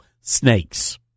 snakes